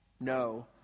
No